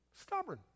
stubborn